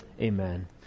Amen